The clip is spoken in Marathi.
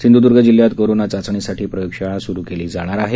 सिंधुदर्ग जिल्ह्यात कोरोना चाचणीसाठी प्रयोगशाळा सुरु केली जाणार आहे